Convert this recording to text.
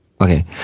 Okay